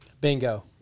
Bingo